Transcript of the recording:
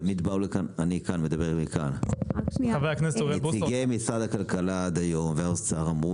הגיעו נציגי משרד הכלכלה והאוצר ואמרו